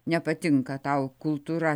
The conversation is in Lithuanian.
nepatinka tau kultūra